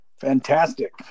Fantastic